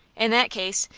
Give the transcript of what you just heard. in that case,